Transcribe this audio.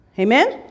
Amen